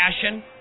passion